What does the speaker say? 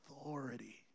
authority